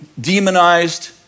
demonized